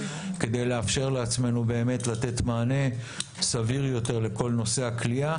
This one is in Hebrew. כדי לאפשר לעצמנו לתת מענה סביר יותר לכל נושא הכליאה.